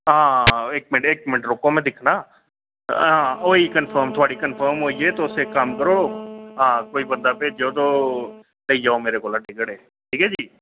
हां इक मिनट रुको में दिक्खना हां होई गेई कन्फर्म गेई थुहाड़ी कन्फर्म होई गेई तुस इक कम्म करो हां कोई बंदा भेजो लेई जाओ मेरे कोला टिकट ऐ ठीक ऐ जी